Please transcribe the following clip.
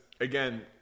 again